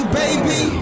baby